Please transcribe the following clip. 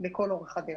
לכל אורך הדרך.